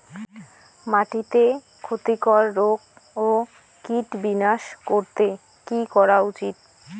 মাটিতে ক্ষতি কর রোগ ও কীট বিনাশ করতে কি করা উচিৎ?